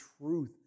truth